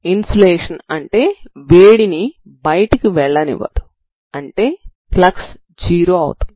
insulation అంటే వేడిని బయటకు వెళ్లనివ్వదు అంటే ఫ్లక్స్ 0 అవుతుంది